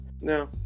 No